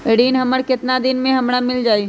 ऋण हमर केतना दिन मे हमरा मील जाई?